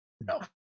no